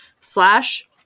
slash